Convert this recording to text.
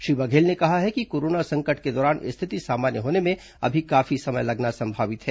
श्री बघेल ने कहा है कि कोरोना संकट के दौरान स्थिति सामान्य होने में अभी काफी समय लगना संभावित है